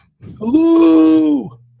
Hello